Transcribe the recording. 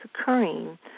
occurring